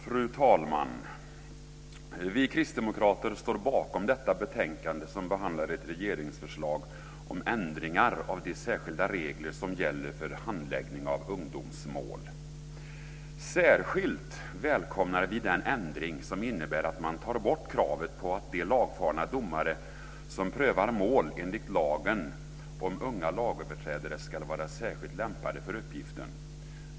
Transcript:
Fru talman! Vi kristdemokrater står bakom detta betänkande, som behandlar ett regeringsförslag om ändringar av de särskilda regler som gäller för handläggning av ungdomsmål. Särskilt välkomnar vi den ändring som innebär att man tar bort kravet på att de lagfarna domare som prövar mål enligt lagen om unga lagöverträdare ska vara särskilt lämpade för uppgiften.